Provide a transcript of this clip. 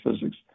physics